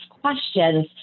questions